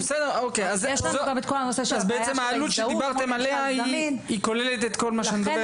בעצם העלות שדיברתם עליה היא כוללת את כל מה שאת אומרת.